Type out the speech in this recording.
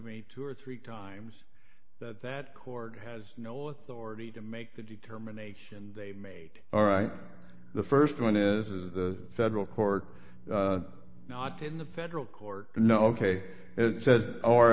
me two or three times that that court has no authority to make the determination they made all right the st one is is the federal court not in the federal court no ok it says or